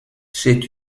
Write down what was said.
cet